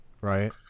right